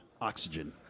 Oxygen